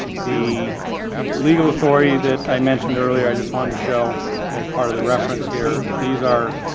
the legal authority that i mentioned earlier. i just want to show as part of the reference here. these are,